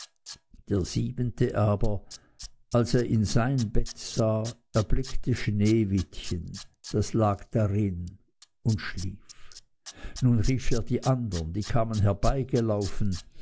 der siebente aber als er in sein bett sah erblickte sneewittchen das lag darin und schlief nun rief er die andern die kamen